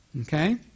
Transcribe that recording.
Okay